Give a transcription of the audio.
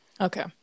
Okay